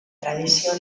tradizio